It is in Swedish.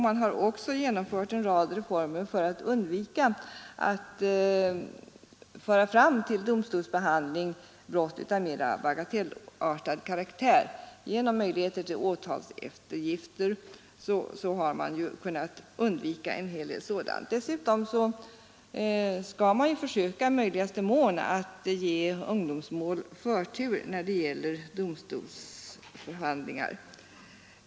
Man har också genomfört en rad reformer för att undvika att brott av mera bagatellartad karaktär förs fram till domstolsbehandling. Genom möjligheter till åtalseftergifter har en hel del sådant kunnat undvikas. Dessutom skall man ju försöka i möjligaste mån ge ungdomsmål förtur när det gäller domstolsförhandlingar.